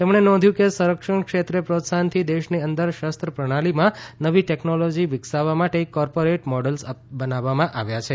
તેમણે નોંધ્યું કે સંરક્ષણ ક્ષેત્રે પ્રોત્સાહનથી દેશની અંદર શસ્ત્ર પ્રણાલીમાં નવી ટેકનોલોજી વિકસાવવા માટે કોર્પોરેટ મોડેલ્સ બનાવવામાં આવ્યા છે